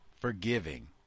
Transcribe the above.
forgiving